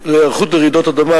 להיערכות לרעידות אדמה,